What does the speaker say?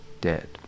dead